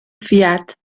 fiat